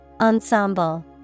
Ensemble